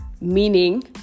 meaning